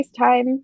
facetime